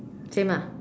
same ah